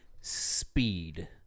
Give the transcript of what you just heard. speed